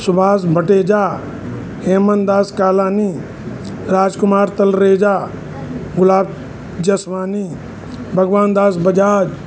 Subhasha Mateja Hemantdas Kalani Rajkumar Talreja Gulab Jeswani Bhagwan Das Bajaj